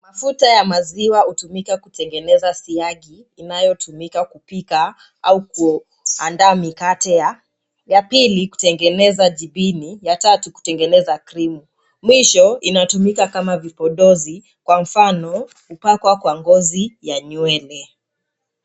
Mafuta ya maziwa hutumika kutengeneza siagi inayotumika kupika au kuandaa mikate, ya pili kutengeneza mpini, ya tatu kutengeneza krimu mwisho inatumika kama vipodozi kwa mfano kupakwa kwa ngozi ya nywele.